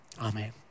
Amen